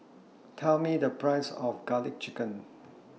Tell Me The Price of Garlic Chicken